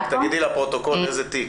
רק תגידי לפרוטוקול איזה תיק.